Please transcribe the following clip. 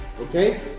okay